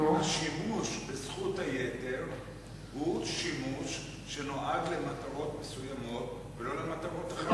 השימוש בזכות היתר הוא שימוש שנועד למטרות מסוימות ולא למטרות אחרות.